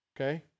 okay